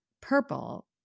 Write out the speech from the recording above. purple